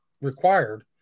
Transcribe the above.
required